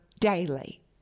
daily